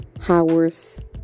Haworth